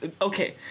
Okay